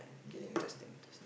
yeah